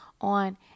on